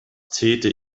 täte